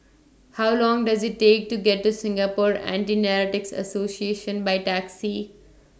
How Long Does IT Take to get to Singapore Anti Narcotics Association By Taxi